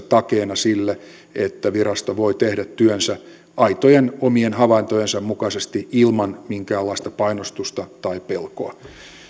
takeena sille että virasto voi tehdä työnsä aitojen omien havaintojensa mukaisesti ilman minkäänlaista painostusta tai pelkoa